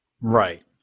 Right